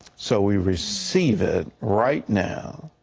so we receive it right now,